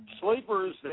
sleepers